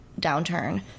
downturn